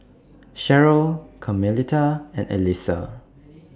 Cherryl Carmelita and Elyssa